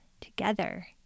together